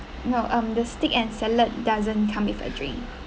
no um the steak and salad doesn't come with a drink